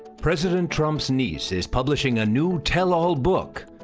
president trump's niece is publishing a new tell-all book,